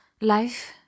Life